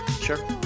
sure